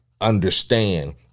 understand